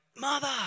mother